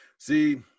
See